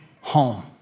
home